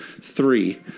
three